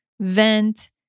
vent